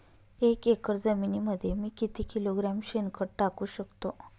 एक एकर जमिनीमध्ये मी किती किलोग्रॅम शेणखत टाकू शकतो?